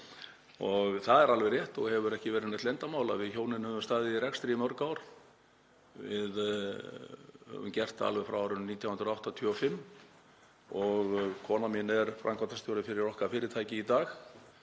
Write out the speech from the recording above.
Það er alveg rétt og hefur ekki verið neitt leyndarmál að við hjónin höfum staðið í rekstri í mörg ár. Við höfum gert það alveg frá árinu 1985 og konan mín er framkvæmdastjóri fyrir okkar fyrirtæki í dag,